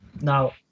Now